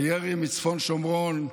הירי מצפון שומרון,